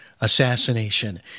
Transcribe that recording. assassination